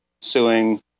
suing